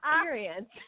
experience